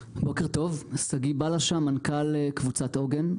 שגיא בלשה, מנכ"ל קבוצת עוגן.